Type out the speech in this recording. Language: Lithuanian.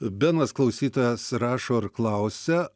benas klausytojas rašo ir klausia